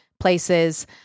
Places